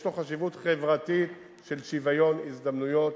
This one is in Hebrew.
יש לו חשיבות חברתית של שוויון הזדמנויות